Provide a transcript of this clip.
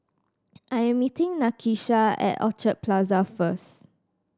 I'm meeting Nakisha at Orchard Plaza first